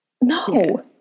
No